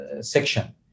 section